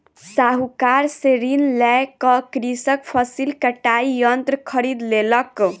साहूकार से ऋण लय क कृषक फसिल कटाई यंत्र खरीद लेलक